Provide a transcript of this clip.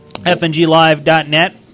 FNGLive.net